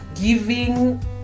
giving